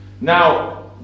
now